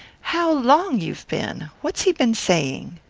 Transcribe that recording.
how long you've been! what's he been saying?